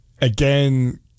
again